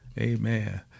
Amen